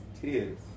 tears